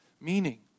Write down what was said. meaning